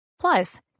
Plus